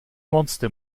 monster